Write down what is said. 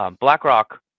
BlackRock